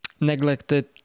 neglected